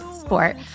sport